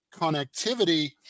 connectivity